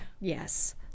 Yes